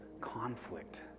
conflict